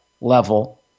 level